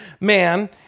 man